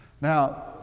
Now